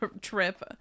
trip